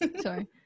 sorry